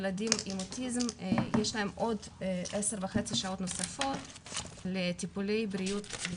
לילדים עם אוטיזם יש להם עוד 10.5 שעות נוספות טיפולי בריאותי